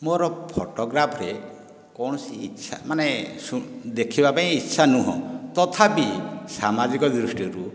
ମୋର ଫଟୋଗ୍ରାଫରେ କୌଣସି ଇଚ୍ଛା ମାନେ ଦେଖିବାପାଇଁ ଇଚ୍ଛା ନୁହେଁ ତଥାପି ସାମାଜିକ ଦୃଷ୍ଟିରୁ